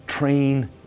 Train